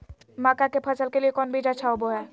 मक्का के फसल के लिए कौन बीज अच्छा होबो हाय?